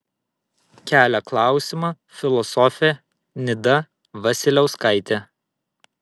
kelia klausimą filosofė nida vasiliauskaitė